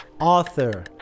author